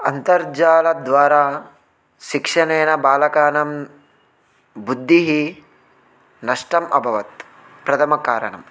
अन्तर्जालद्वारा शिक्षणेन बालकानां बुद्धिः नष्टम् अभवत् प्रथमकारणं